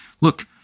look